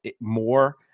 more